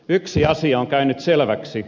yksi asia on käynyt selväksi